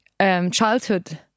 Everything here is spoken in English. Childhood